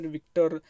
Victor